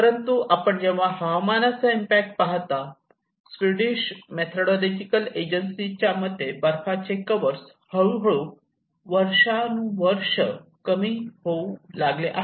परंतु जेव्हा आपण हवामानाचा इम्पॅक्ट पाहता स्वीडिश मेथडॉलॉजिकल एजन्सीचा मते बर्फाचे कव्हर्स हळूहळू वर्षानुवर्षे कमी होऊ लागले आहेत